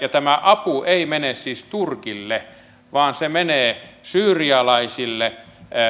ja tämä apu ei siis mene turkille vaan se menee syyrialaisille